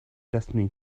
destiny